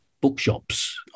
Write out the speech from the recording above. bookshops